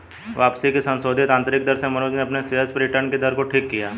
वापसी की संशोधित आंतरिक दर से मनोज ने अपने शेयर्स पर रिटर्न कि दर को ठीक किया है